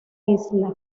isla